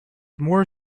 more